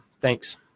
Thanks